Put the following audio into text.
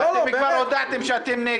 אבל אתם כבר הודעתם שאתם נגד.